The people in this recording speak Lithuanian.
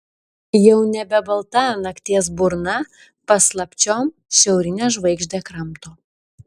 jau nebe balta nakties burna paslapčiom šiaurinę žvaigždę kramto